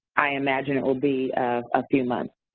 i imagine it will be a few months.